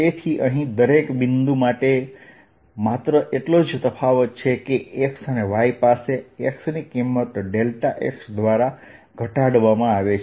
તેથી અહીં દરેક બિંદુ માટે માત્ર એટલો જ તફાવત છે કે x અને y પાસે x ની કિંમત x દ્વારા ઘટાડવામાં આવે છે